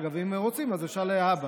אגב, אם רוצים, אפשר להבא.